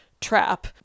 trap